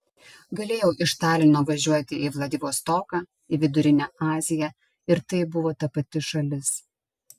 galėjau iš talino važiuoti į vladivostoką į vidurinę aziją ir tai buvo ta pati šalis